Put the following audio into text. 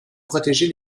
protéger